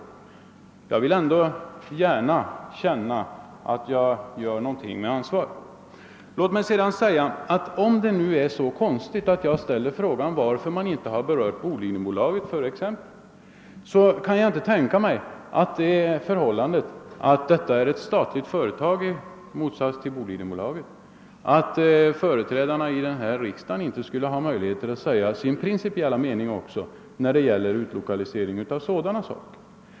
Men jag vill gärna känna att jag gör någonting med ansvar, och jag vill poängtera den skillnaden. Om det nu är så konstigt att jag frågar varför man inte berört även Bolidenbolaget i sammanhanget, kan jag inte tänka mig att det beror på att LKAB är ctt statligt företag i motsats till Bolidenbolaget och att denna riksdag därför inte skulle ha möjlighet att säga sin principiella mening även när det gäller lokaliseringen av sådana industrier..